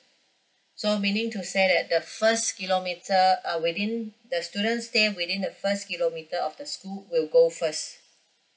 so meaning to say that the first kilometer uh within the student stay within the first kilometer of the school will go first